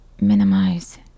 minimize